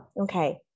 okay